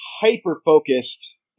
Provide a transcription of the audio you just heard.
hyper-focused